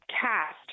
cast